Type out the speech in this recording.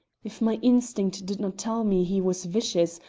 if my instinct did not tell me he was vicious,